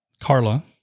Carla